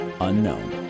Unknown